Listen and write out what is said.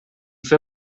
fer